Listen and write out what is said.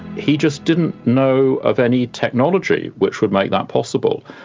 he just didn't know of any technology which would make that possible.